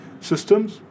systems